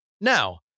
Now